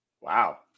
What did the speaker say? Wow